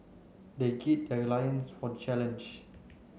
they gird their lions for the challenge